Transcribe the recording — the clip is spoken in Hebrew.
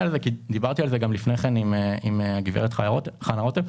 דיברתי על זה לפני כן גם עם גברת חנה רותם.